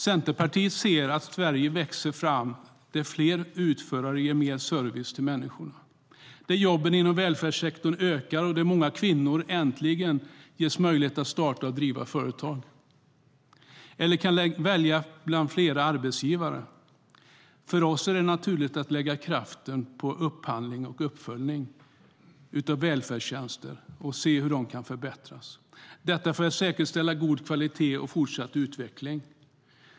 Centerpartiet ser ett Sverige växa fram där fler utförare ger mer service till människor, där jobben inom välfärdssektorn ökar och där många kvinnor äntligen ges möjlighet att starta och driva företag eller kan välja bland flera arbetsgivare. För oss är det naturligt att lägga kraften på upphandling och uppföljning av välfärdstjänster och se hur de kan förbättras, detta för att säkerställa god kvalitet och fortsatt utveckling.